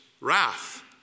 wrath